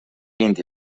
vint